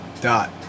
dot